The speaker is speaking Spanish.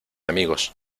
amigos